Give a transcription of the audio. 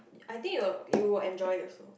I think you'll you will enjoy also